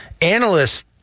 Analysts